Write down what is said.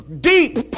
deep